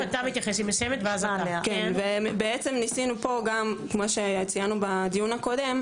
כמו שציינו בדיון הקודם,